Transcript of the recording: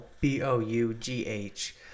B-O-U-G-H